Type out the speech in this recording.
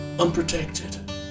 Unprotected